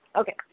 Okay